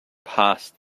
past